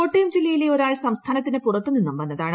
കോട്ടയം ജില്ലയിലെ ഒരാൾ സംസ്ഥാനത്തിന് പുറത്ത് നിന്നും വന്നതാണ്